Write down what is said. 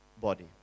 body